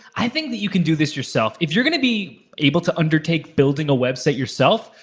i think that you can do this yourself. if you're gonna be able to undertake building a website yourself,